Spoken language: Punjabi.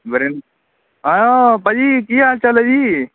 ਵਰਿੰ ਆਂ ਭਾਅ ਜੀ ਕੀ ਹਾਲ ਚਾਲ ਆ ਜੀ